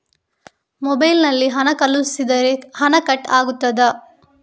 Mobile ನಲ್ಲಿ ಹಣ ಕಳುಹಿಸಿದರೆ ಹಣ ಕಟ್ ಆಗುತ್ತದಾ?